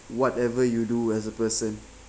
whatever you do as a person